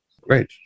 Great